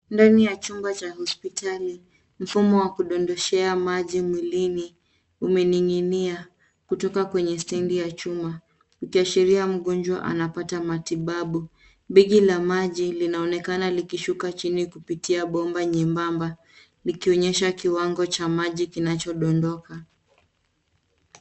Ndani ya chumba cha hospitali. Mfumo wa kudondoshea maji mwilini umeninginia kutoka kwenye stendi ya chuma ikiashiria mgonjwa anapata matibabu. Begi la maji linaonekana likishuka chini kupitia bomba nyembamba likionyesha kiwango cha maji kinachodondoka.